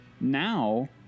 now